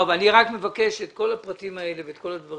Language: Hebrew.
אני רק מבקש את כל הפרטים האלה להעביר